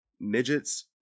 Midgets